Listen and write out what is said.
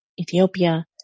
Ethiopia